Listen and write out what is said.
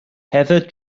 heather